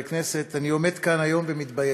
חברי הכנסת, אני עומד כאן היום ומתבייש,